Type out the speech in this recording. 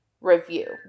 review